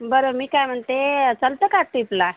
बरं मी काय म्हणते चलते का ट्रीपला